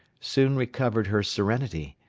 soon recovered her serenity,